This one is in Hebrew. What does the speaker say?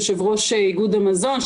יושב-ראש איגוד המזון,